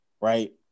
right